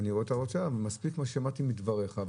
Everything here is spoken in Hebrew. מספיק מה ששמעתי מדבריך.